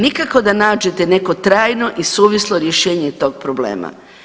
Nikako da nađete neko trajno i suvislo rješenje tog problema.